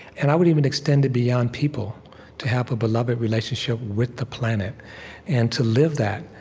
and i would even extend it beyond people to have a beloved relationship with the planet and to live that,